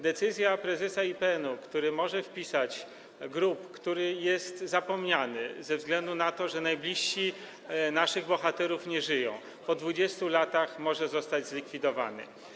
Decyzja prezesa IPN-u, który może wpisać grób, który jest zapomniany ze względu na to, że najbliżsi naszych bohaterów nie żyją, i po 20 latach może zostać zlikwidowany.